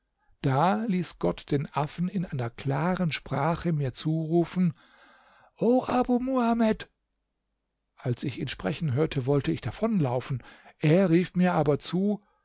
da ließ gott den affen in einer klaren sprache mir zurufen o abu muhamed als ich ihn sprechen hörte wollte ich davonlaufen er rief mir aber zu